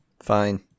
fine